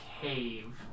cave